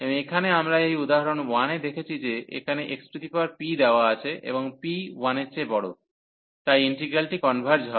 এবং এখানে আমরা এই উদাহরণ 1 এ দেখেছি যে এখানে xp দেওয়া আছে এবং p 1 এর চেয়ে বড় তাই ইন্টিগ্রালটি কনভার্জ হয়